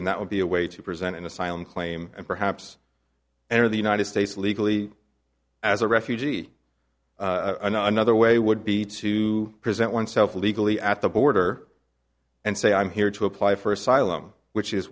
and that would be a way to present an asylum claim and perhaps enter the united states legally as a refugee another way would be to present oneself legally at the border and say i'm here to apply for asylum which is